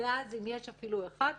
ואז אם יש אפילו אחד,